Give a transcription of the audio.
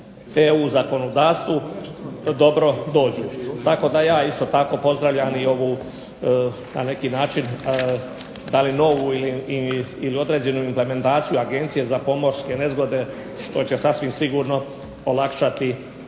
EU zakonodavstvu dobro dođu. Tako da ja isto tako pozdravljam i ovu na neki način da li novu ili određenu implementaciju Agencije za pomorske nezgode što će sasvim sigurno olakšati